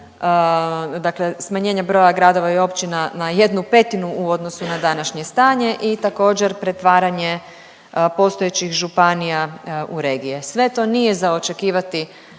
dakle smanjenja broja gradova i općina na jednu petinu u odnosu na današnje stanje. I također pretvaranje postojećih županija u regije. Sve to nije za očekivati